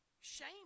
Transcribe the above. Shame